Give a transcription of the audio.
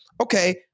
okay